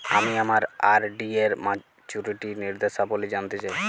আমি আমার আর.ডি এর মাচুরিটি নির্দেশাবলী জানতে চাই